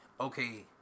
okay